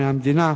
מהמדינה,